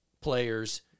players